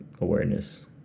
awareness